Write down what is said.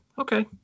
okay